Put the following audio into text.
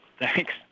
Thanks